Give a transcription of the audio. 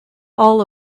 all